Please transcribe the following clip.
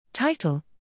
Title